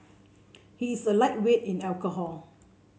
he is a lightweight in alcohol